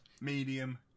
medium